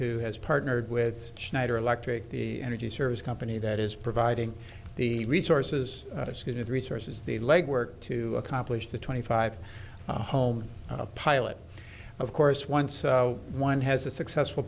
who has partnered with schneider electric the energy service company that is providing the resources needed resources the legwork to accomplish the twenty five home pilot of course once one has a successful